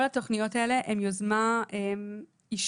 כל התוכניות האלה הן יוזמה אישית